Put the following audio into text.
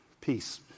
Peace